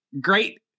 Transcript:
Great